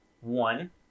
One